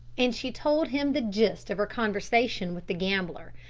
and she told him the gist of her conversation with the gambler.